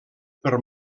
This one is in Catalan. per